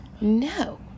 No